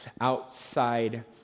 outside